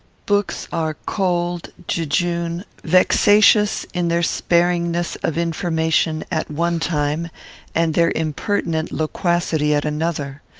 books are cold, jejune, vexatious in their sparingness of information at one time and their impertinent loquacity at another.